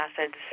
acids